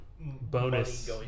Bonus